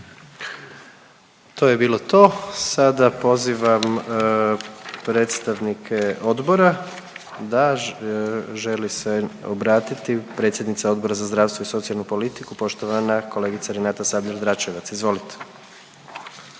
To je bilo to. Sada pozivam predstavnike odbora. Da, želi se obrati predsjednica Odbora za zdravstvo i socijalnu politiku, poštovana kolegica Renata Sabljar Dračevac. Izvolite.